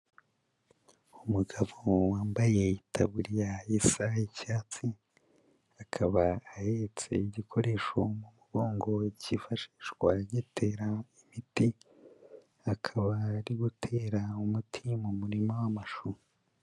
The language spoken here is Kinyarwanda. Umugabo wambaye itaburiya isa icyatsi, akaba ahetse igikoresho mu mugongo we cyifashishwa gitera imiti, akaba ari gutera umuti mu murima w'amashu.